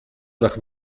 nach